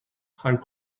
had